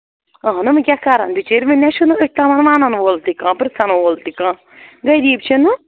اہنُو وۄنۍ کیٛاہ کَرَن بِچٲر وۄنۍ نہ چھُنہٕ أتھۍ تِمَن وَنَن وول تہِ کانٛہہ پِرٛژھن وول تہِ کانٛہہ غریٖب چھِ نہ